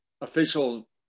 official